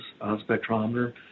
Spectrometer